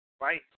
right